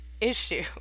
issue